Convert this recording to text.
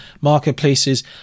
marketplaces